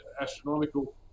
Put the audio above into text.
astronomical